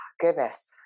goodness